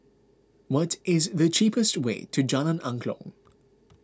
what is the cheapest way to Jalan Angklong